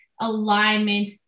alignment